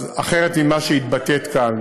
אז אחרת ממה שהתבטאת כאן,